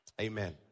Amen